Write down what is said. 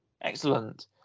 Excellent